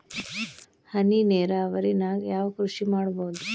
ಹನಿ ನೇರಾವರಿ ನಾಗ್ ಯಾವ್ ಕೃಷಿ ಮಾಡ್ಬೋದು?